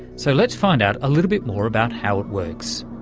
so let's find out a little bit more about how it works.